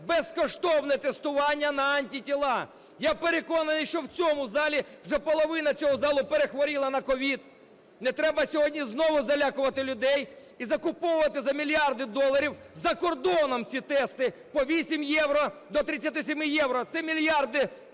безкоштовне тестування на антитіла. Я переконаний, що в цьому залі вже половина цього залу перехворіла на COVID. Не треба сьогодні знову залякувати людей і закуповувати за мільярди доларів закордоном ці тести по 8 євро до 37 євро. Це мільярди